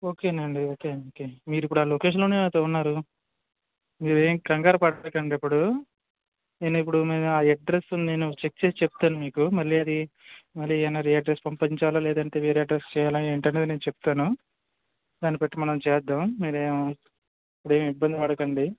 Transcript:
ఓకేనండి okay okay మీరు ఇప్పుడు ఆ లొకేషన్లోనే అయితే ఉన్నారు మీర ఏం కంగారు పడకండి ఇప్పుడు నేను ఇప్పుడు మీ ఆ అడ్రస్ నేను చెక్ చేసి చెప్తాను మీకు మళ్ళీ అది మళ్ళీ ఏమన్నా రీఅడ్రస్ పంపించాలా లేదంటే వేరు అడ్రస్ చేయాల ఏంటనేది నేను చెప్తాను దాన్ని పెట్టి మనం చేద్దాం మీరే ఇప్పుడు ఏం ఇబ్బంది పడకండి